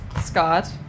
Scott